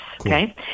okay